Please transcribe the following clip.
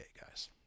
guys